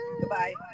Goodbye